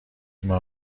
دکمه